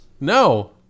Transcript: No